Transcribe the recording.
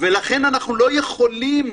לכן אנחנו לא יכולים,